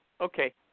Okay